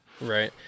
Right